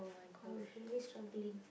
I was really struggling